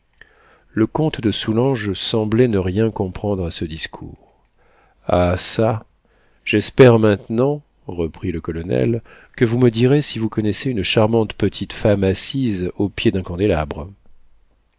le comte de soulanges semblait ne rien comprendre à ce discours ah çà j'espère maintenant reprit le colonel que vous me direz si vous connaissez une charmante petite femme assise au pied d'un candélabre